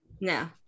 No